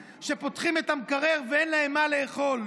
שפותחים את המקרר ואין להם מה לאכול.